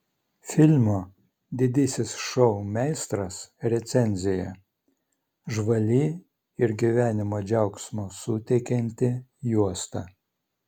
filmo didysis šou meistras recenzija žvali ir gyvenimo džiaugsmo suteikianti juosta